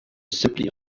simply